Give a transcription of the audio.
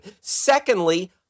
Secondly